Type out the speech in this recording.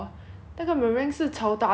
那个 meringue 是 chao ta 的 leh